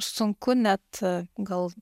sunku net gal